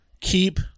keep